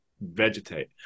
vegetate